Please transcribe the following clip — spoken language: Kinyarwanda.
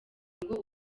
ngo